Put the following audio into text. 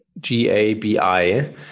G-A-B-I